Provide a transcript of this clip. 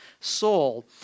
soul